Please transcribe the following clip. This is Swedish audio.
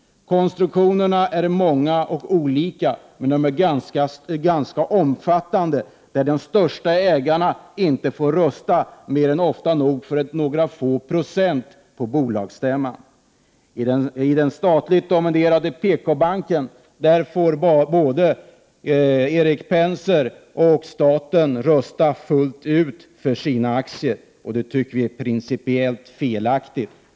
Konstruktionerna är många och olika, men de är ganska omfattande och innebär att de största ägarna ofta inte får rösta på bolagsstämman för mer än några få procent. I den statligt dominerade PKbanken får både Erik Penser och staten rösta fullt ut för sina aktier. Det tycker vi är principiellt felaktigt.